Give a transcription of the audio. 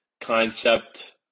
concept